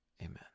Amen